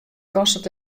kostet